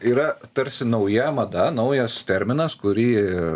yra tarsi nauja mada naujas terminas kurį